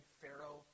Pharaoh